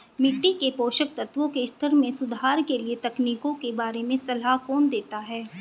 मिट्टी के पोषक तत्वों के स्तर में सुधार के लिए तकनीकों के बारे में सलाह कौन देता है?